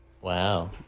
Wow